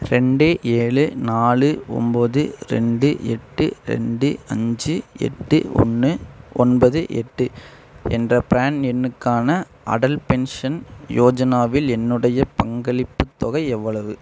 ரெண்டு ஏழு நாலு ஒம்பது ரெண்டு எட்டு ரெண்டு அஞ்சு எட்டு ஒன்று ஒன்பது எட்டு என்ற பிரான் எண்ணுக்கான அடல் பென்ஷன் யோஜனாவில் என்னுடைய பங்களிப்புத் தொகை எவ்வளவு